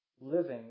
living